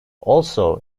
also